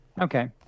Okay